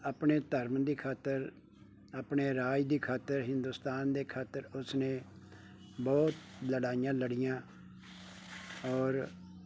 ਆਪਣੇ ਧਰਮ ਦੀ ਖਾਤਰ ਆਪਣੇ ਰਾਜ ਦੀ ਖਾਤਰ ਹਿੰਦੁਸਤਾਨ ਦੇ ਖਾਤਰ ਉਸਨੇ ਬਹੁਤ ਲੜਾਈਆਂ ਲੜੀਆਂ ਔਰ